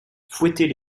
fouettait